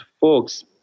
folks